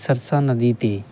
ਸਰਸਾ ਨਦੀ 'ਤੇ